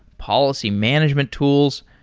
policy management tools.